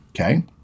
okay